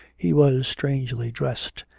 he was strangely dressed,